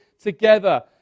together